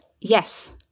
Yes